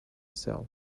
cell